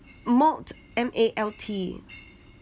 malt M A L T